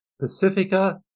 Pacifica